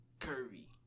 curvy